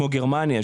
כמו גרמניה,